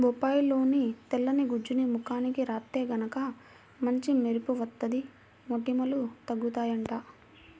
బొప్పాయిలోని తెల్లని గుజ్జుని ముఖానికి రాత్తే గనక మంచి మెరుపు వత్తది, మొటిమలూ తగ్గుతయ్యంట